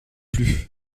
plus